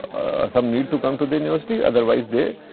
a some need to come to the university otherwise, they a